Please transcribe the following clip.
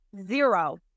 Zero